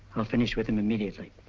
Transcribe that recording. i'll finish with him immediately.